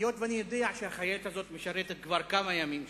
היות שאני יודע שהחיילת הזאת משרתת כבר כמה ימים שם,